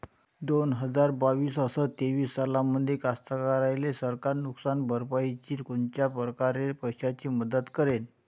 दोन हजार बावीस अस तेवीस सालामंदी कास्तकाराइले सरकार नुकसान भरपाईची कोनच्या परकारे पैशाची मदत करेन?